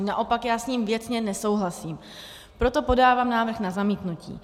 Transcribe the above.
Naopak já s ním věcně nesouhlasím, proto podávám návrh na zamítnutí.